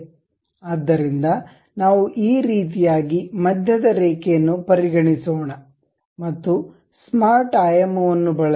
ಆದ್ದರಿಂದ ನಾವು ಈ ರೀತಿಯಾಗಿ ಮಧ್ಯದ ರೇಖೆಯನ್ನು ಪರಿಗಣಿಸೋಣ ಮತ್ತು ಸ್ಮಾರ್ಟ್ ಆಯಾಮವನ್ನು ಬಳಸಿ